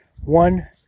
One